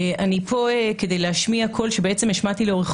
אני כאן כדי להשמיע קול שבעצם השמעתי לאורך